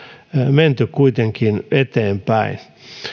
menty kuitenkin eteenpäin